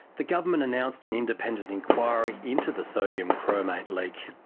the government announced an independent inquiry into the sodium chromate leak.